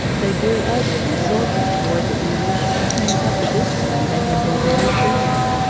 they grew ugly and sulky toward the english with whom up to this time they had been very friendly.